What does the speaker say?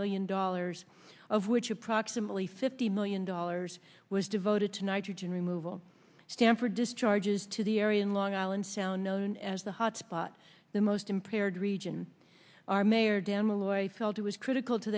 mill in dollars of which approximately fifty million dollars was devoted to nitrogen removal stamper discharges to the area in long island sound known as the hot spot the most impaired region our mayor dam a lawyer he felt it was critical to